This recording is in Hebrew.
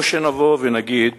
או שנבוא ונגיד